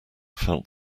felt